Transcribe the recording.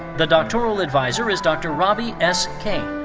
the doctoral adviser is dr. ravi s. kane.